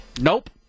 Nope